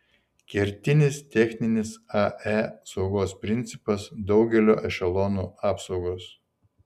kertinis techninis ae saugos principas daugelio ešelonų apsaugos